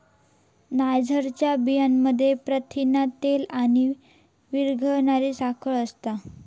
नायजरच्या बियांमध्ये प्रथिना, तेल आणि विरघळणारी साखर असता